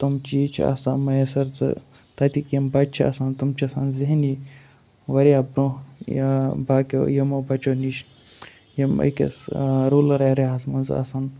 تٕم چیٖز چھِ آسان مَیسر تہٕ تَتِکۍ یِم بَچہِ چھِ آسان تِم چھِ آسان ذہنی واریاہ بروںٛہہ یہِ باقٕیو یِمو بَچو نِش یِم أکِس روٗرَل ایریاہَس منٛز آسان